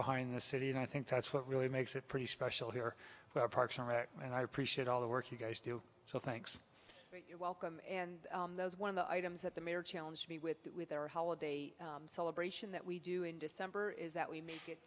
behind the city and i think that's what really makes it pretty special here parks and rec and i appreciate all the work you guys do so thanks welcome and those one of the items that the mayor challenge me with their holiday celebration that we do in december is that we make it